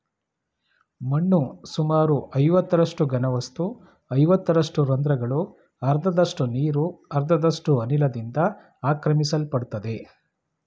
ಮಣ್ಣು ಸುಮಾರು ಐವತ್ತರಷ್ಟು ಘನವಸ್ತು ಐವತ್ತರಷ್ಟು ರಂದ್ರಗಳು ಅರ್ಧದಷ್ಟು ನೀರು ಅರ್ಧದಷ್ಟು ಅನಿಲದಿಂದ ಆಕ್ರಮಿಸಲ್ಪಡ್ತದೆ